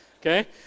Okay